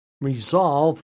resolve